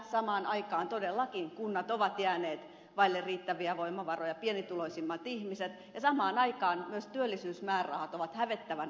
samaan aikaan todellakin kunnat ovat jääneet vaille riittäviä voimavaroja pienituloisimmat ihmiset ja samaan aikaan myös työllisyysmäärärahat ovat hävettävän alhaisella tasolla